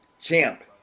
Champ